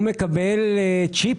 הוא מקבל צ'יפ.